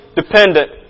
dependent